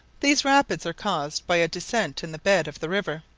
these rapids are caused by a descent in the bed of the river.